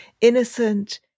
innocent